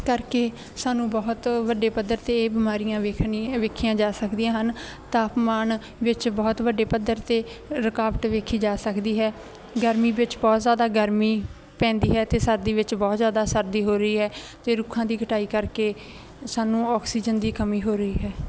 ਕਰਕੇ ਸਾਨੂੰ ਬਹੁਤ ਵੱਡੇ ਪੱਧਰ 'ਤੇ ਇਹ ਬਿਮਾਰੀਆਂ ਵੇਖਣੀਆਂ ਵੇਖੀਆਂ ਜਾ ਸਕਦੀਆਂ ਹਨ ਤਾਪਮਾਨ ਵਿੱਚ ਬਹੁਤ ਵੱਡੇ ਪੱਧਰ 'ਤੇ ਰੁਕਾਵਟ ਵੇਖੀ ਜਾ ਸਕਦੀ ਹੈ ਗਰਮੀ ਵਿੱਚ ਬਹੁਤ ਜ਼ਿਆਦਾ ਗਰਮੀ ਪੈਂਦੀ ਹੈ ਅਤੇ ਸਰਦੀ ਵਿੱਚ ਬਹੁਤ ਜ਼ਿਆਦਾ ਸਰਦੀ ਹੋ ਰਹੀ ਹੈ ਅਤੇ ਰੁੱਖਾਂ ਦੀ ਕਟਾਈ ਕਰਕੇ ਸਾਨੂੰ ਆਕਸੀਜਨ ਦੀ ਕਮੀ ਹੋ ਰਹੀ ਹੈ